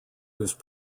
whose